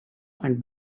and